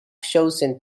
chosen